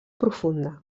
profunda